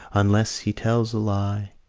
unless he tells a lie.